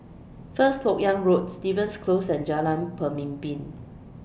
First Lok Yang Road Stevens Close and Jalan Pemimpin